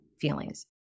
feelings